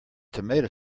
tomato